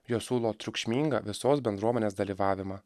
jos siūlo triukšmingą visos bendruomenės dalyvavimą